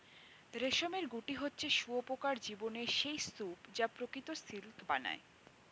রেশমের গুটি হচ্ছে শুঁয়োপোকার জীবনের সেই স্তুপ যা প্রকৃত সিল্ক বানায়